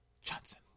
Johnson